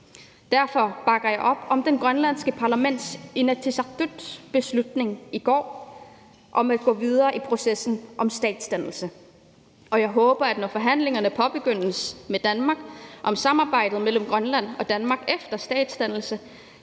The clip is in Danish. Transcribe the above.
Derfor bakker jeg op om det grønlandske parlament Inatsisartuts beslutning i går om at gå videre i processen om statsdannelse, og jeg håber, at alle i Danmark, når forhandlingerne påbegyndes med Danmark om samarbejdet mellem Grønland og Danmark efter statsdannelse